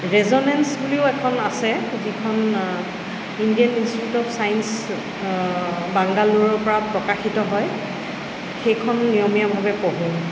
resonance বুলিও এখন আছে যিখন ইণ্ডিয়ান ইনষ্টিটিউট অফ চাইন্চ বাংগালোৰৰপৰা প্ৰকাশিত হয় সেইখন নিয়মীয়াভাৱে পঢ়োঁ